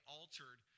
altered